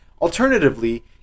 alternatively